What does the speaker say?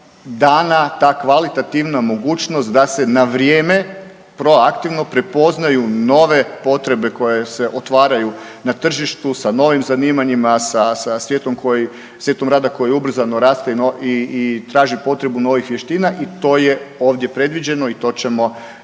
dana ta kvalitativna mogućnost da se na vrijeme pro aktivno prepoznaju nove potrebe koje se otvaraju na tržištu sa novim zanimanjima, sa, sa svijetom koji, svijetom rada koji ubrzano raste i traži potrebu novih vještina i to je ovdje predviđeno i to ćemo i ovim